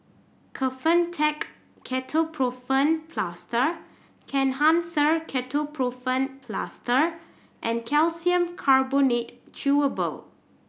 Kefentech Ketoprofen Plaster Kenhancer Ketoprofen Plaster and Calcium Carbonate Chewable